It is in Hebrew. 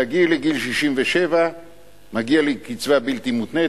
בהגיעי לגיל 67 מגיעה לי קצבה בלתי מותנית,